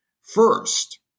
first